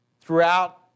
Throughout